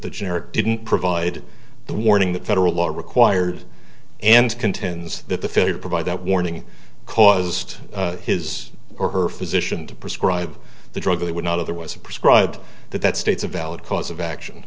the generic didn't provide the warning that federal law required and contends that the failure to provide that warning caused his or her physician to prescribe the drug that would not otherwise have prescribed that that states a valid cause of action